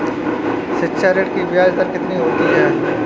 शिक्षा ऋण की ब्याज दर कितनी होती है?